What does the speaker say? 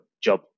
job